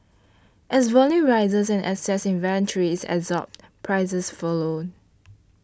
as volume rises and excess inventory is absorbed prices follow